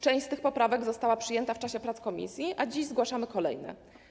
Część z tych poprawek została przyjęta w czasie prac komisji, a dziś zgłaszamy kolejne.